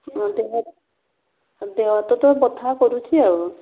ଦେହ ଦେହ ହାତ ତ ବଥା କରୁଛି ଆଉ